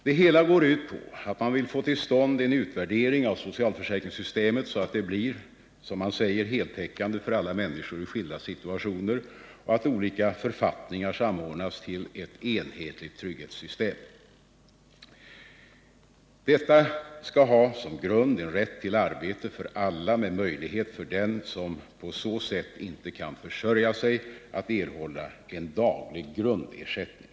Det hela går ut på att man vill få till stånd en utvärdering av socialförsäkringssystemet, så att det blir, som man säger, heltäckande för alla människor i skilda situationer och att olika författningar samordnas till ett enhetligt trygghetssystem. Detta skall ha som grund en rätt till arbete för alla med möjlighet för den som på så sätt inte kan försörja sig att erhålla en daglig grundersättning.